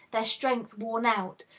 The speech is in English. their strength worn out,